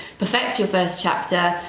perfect your first chapter,